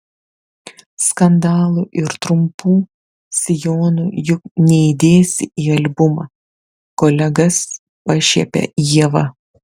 skandalų ir trumpų sijonų juk neįdėsi į albumą kolegas pašiepia ieva